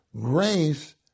grace